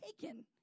taken